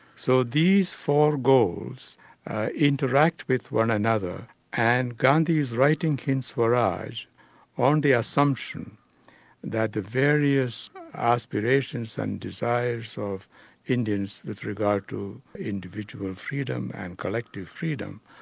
so these four goals interact with one another and gandhi's writing hind swaraj on the assumption that the various aspirations and desires of indians with regard to individual freedom and collective freedom,